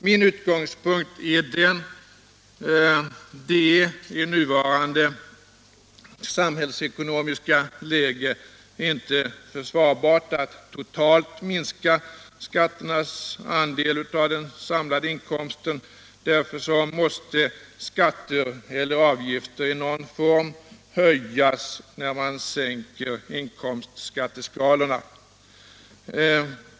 Min utgångspunkt är denna: Det är i nuvarande samhällsekonomiska läge inte försvarbart att totalt minska skatternas andel av den samlade inkomsten. Därför måste skatter eller avgifter i någon form höjas, när man sänker inkomstskatteskalorna.